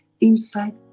inside